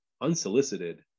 unsolicited